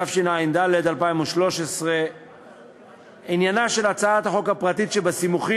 תשע"ד 2013. עניינה של הצעת החוק הפרטית שבסימוכין,